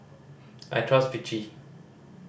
I trust Vichy